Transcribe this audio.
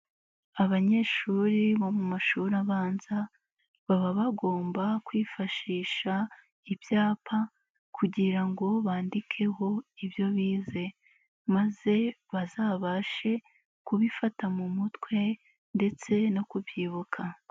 Abanyeshuri bo mu mashuri abanza baba bagomba kwifashisha ibyapa kugira ngo bandikeho ibyo bize, maze bazabashe kubifata mu mutwe ndetse no kubyibuka.